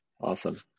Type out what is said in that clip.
awesome